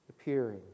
appearing